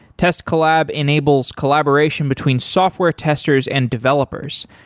test collab enables collaboration between software testers and developers.